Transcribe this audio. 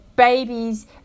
babies